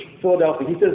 Philadelphia